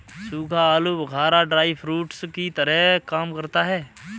सूखा आलू बुखारा ड्राई फ्रूट्स की तरह काम करता है